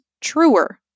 truer